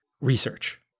research